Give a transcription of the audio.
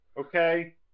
Okay